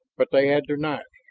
but they had their knives.